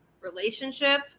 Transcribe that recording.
relationship